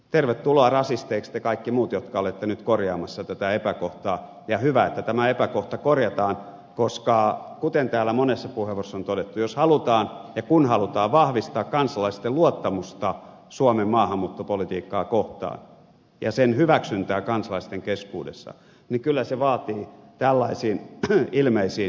tervetuloa rasisteiksi te kaikki muut jotka olette nyt korjaamassa tätä epäkohtaa ja hyvä että tämä epäkohta korjataan koska kuten täällä monessa puheenvuorossa on todettu jos halutaan ja kun halutaan vahvistaa kansalaisten luottamusta suomen maahanmuuttopolitiikkaa kohtaan ja sen hyväksyntää kansalaisten keskuudessa niin kyllä se vaatii tällaisiin ilmeisiin epäkohtiin puuttumista